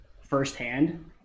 firsthand